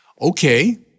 Okay